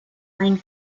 playing